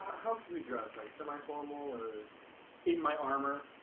how should we dress like semi-formal or in my armor?